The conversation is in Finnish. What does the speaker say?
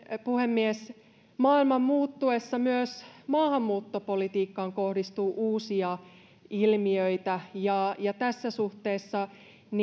puhemies maailman muuttuessa myös maahanmuuttopolitiikkaan kohdistuu uusia ilmiöitä tässä suhteessa